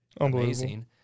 Amazing